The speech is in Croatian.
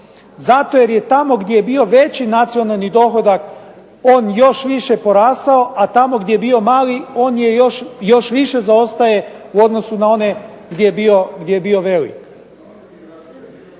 zato jer je tamo gdje je bio veći nacionalni dohodak fond još više porastao, a tamo gdje je bio mali on je još više zaostaje u odnosu na one gdje je bio velik.